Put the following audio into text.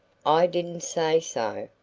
i didn't say so,